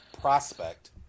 prospect